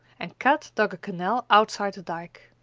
and kat dug a canal outside the dyke.